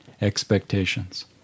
expectations